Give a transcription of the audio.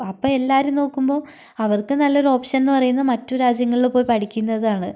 അപ്പോൾ എല്ലാവരും നോക്കുമ്പോൾ അവർക്ക് നല്ലൊരു ഓപ്ഷൻ എന്ന് പറയുന്നത് മറ്റു രാജ്യങ്ങളിൽ പോയി പഠിക്കുന്നതാണ്